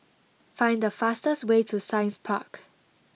find the fastest way to Science Park